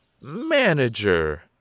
Manager